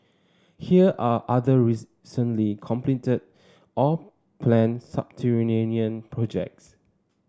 here are other recently completed or planned subterranean projects